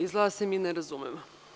Izgleda da se mi ne razumemo.